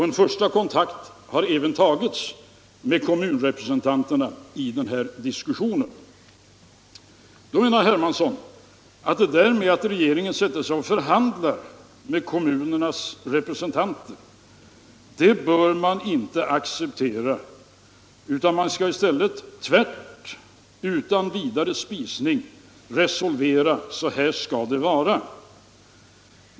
En första kontakt har även tagits med kommunrepresentanterna i den här diskussionen. Då menar herr Hermansson att det där att regeringen sätter sig och förhandlar med kommunernas representanter inte bör accepteras. Man skall i stället utan vidare spisning säga: Så här skall det vara.